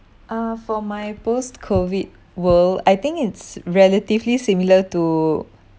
uh for my post-COVID world I think it's relatively similar to